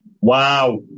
wow